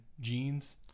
jeans